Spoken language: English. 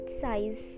size